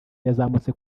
yazamutse